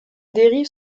dérives